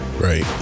right